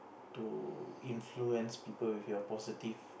to influence people with your positive